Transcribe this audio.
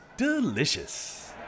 Delicious